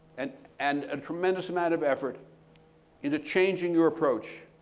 and and a tremendous amount of effort into changing your approach.